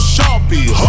Sharpie